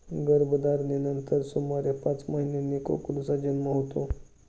गर्भधारणेनंतर सुमारे पाच महिन्यांनी कोकरूचा जन्म होतो